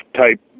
type